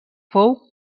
fou